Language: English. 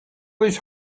this